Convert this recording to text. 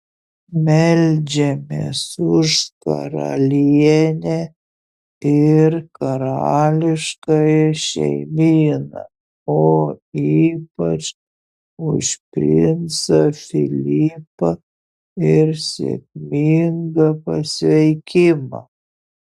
meldžiamės už karalienę ir karališkąją šeimyną o ypač už princą filipą ir sėkmingą pasveikimą